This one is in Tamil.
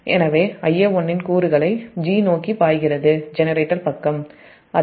எனவே Ia1 இன் கூறுகளை ஜெனரேட்டர் பக்கம் 'g' நோக்கி பாய்கிறது